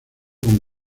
con